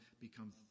become